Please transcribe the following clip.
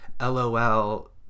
lol